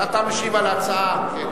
אתה משיב על ההצעה.